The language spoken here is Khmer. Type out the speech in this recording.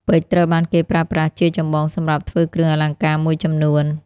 ពេជ្រត្រូវបានគេប្រើប្រាស់ជាចម្បងសម្រាប់ធ្វើគ្រឿងអលង្ការមួយចំនួន។